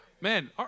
man